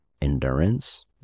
endurance